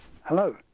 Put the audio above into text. Hello